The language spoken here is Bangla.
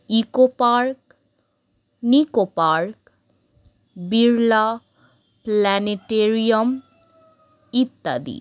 eco park Nicco park Birla planetarium ইত্যাদি